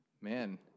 Man